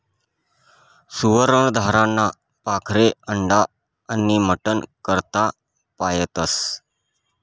सुवर्ण धाराना पाखरे अंडा आनी मटन करता पायतस